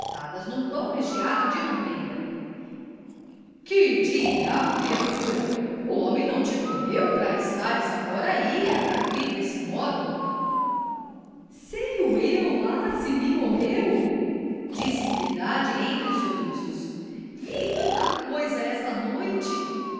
num pão recheado de manteiga que diabo criatura o homem não te morreu pra estares agora ai a carpir desse modo sei o eu lá se me morreu disse piedade entre soluços vi tanta coisa esta noite